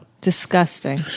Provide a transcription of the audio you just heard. Disgusting